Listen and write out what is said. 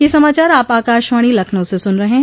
ब्रे क यह समाचार आप आकाशवाणी लखनऊ से सुन रहे हैं